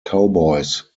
cowboys